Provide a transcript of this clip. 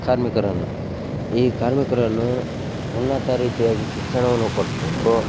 ಕಾರ್ಮಿಕರನ್ನು ಈ ಕಾರ್ಮಿಕರನ್ನು ಉನ್ನತ ರೀತಿಯಾಗಿ ಶಿಕ್ಷಣವನ್ನು ಕೊಟ್ಟೂ